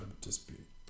dispute